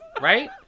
right